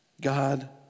God